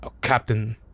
captain